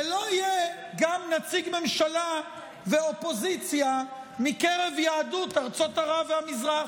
וגם לא יהיה נציג ממשלה ואופוזיציה מקרב יהדות ארצות ערב והמזרח.